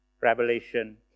Revelation